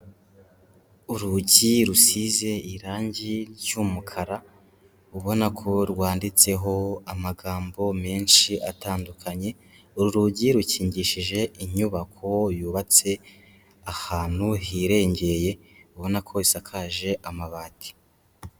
Urugi rusize irangi ry'umukara ubona ko rwanditseho amagambo menshi atandukanye. Uru rugi rukingishije inyubako yubatse ahantu hirengeye ubona ko isakaje amabati.